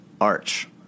Arch